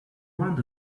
want